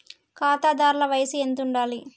ఖాతాదారుల వయసు ఎంతుండాలి?